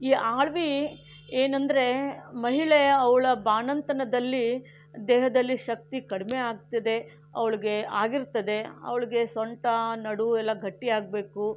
ಈ ಅಳವಿ ಏನೆಂದರೆ ಮಹಿಳೆಯ ಅವಳ ಬಾಣಂತನದಲ್ಲಿ ದೇಹದಲ್ಲಿ ಶಕ್ತಿ ಕಡಿಮೆ ಆಗ್ತದೆ ಅವಳಿಗೆ ಆಗಿರ್ತದೆ ಅವಳಿಗೆ ಸೊಂಟ ನಡುಯೆಲ್ಲ ಗಟ್ಟಿ ಆಗಬೇಕು